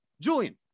Julian